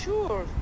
Sure